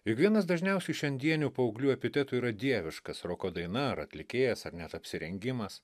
juk vienas dažniausių šiandienių paauglių epitetų yra dieviškas roko daina ar atlikėjas ar net apsirengimas